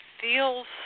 feels